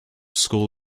school